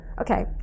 okay